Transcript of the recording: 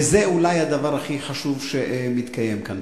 וזה אולי הדבר הכי חשוב שמתקיים כאן.